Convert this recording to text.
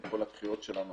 עם כל הדחיות שלנו,